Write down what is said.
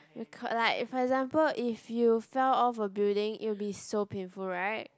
k~ like for example if you fell off a building it will be so painful right